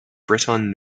breton